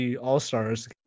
all-stars